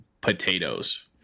potatoes